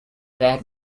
bad